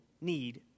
need